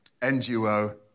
NGO